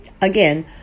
again